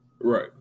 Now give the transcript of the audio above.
Right